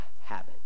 habit